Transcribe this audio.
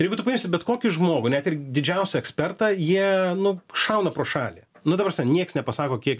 ir jeigu tu paimsi bet kokį žmogų net ir didžiausią ekspertą jie nu šauna pro šalį nu ta prasme nieks nepasako kiek